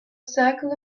circle